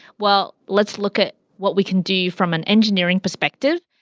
well, let's look at what we can do from an engineering perspective,